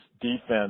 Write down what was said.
defense